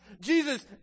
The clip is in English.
Jesus